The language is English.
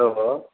hello